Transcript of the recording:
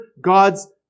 God's